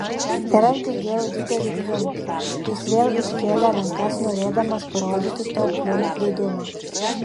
ir aš girdėjau didelį pliumpt jis vėl iškėlė rankas norėdamas parodyti to pliumpt didumą